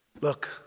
Look